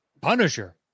Punisher